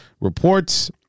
reports